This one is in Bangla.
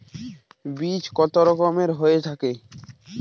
বীজ কত রকমের হয়ে থাকে?